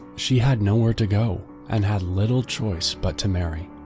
she had nowhere to go and had little choice but to marry.